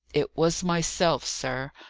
it was myself, sir.